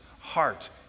heart